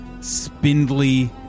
spindly